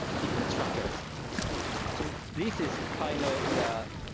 different structures so this is kind of the